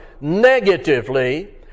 negatively